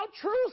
truth